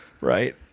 Right